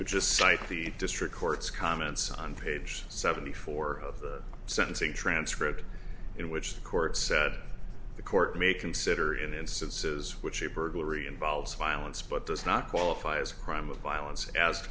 i just cited the district court's comments on page seventy four of the sentencing transcript in which the court said the court may consider in instances which a burglary involves violence but does not qualify as a crime of violence as